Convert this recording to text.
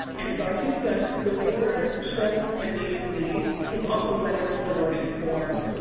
and so i think that the word choice and agency is also wedded to the word informed.